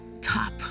top